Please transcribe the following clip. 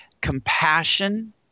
compassion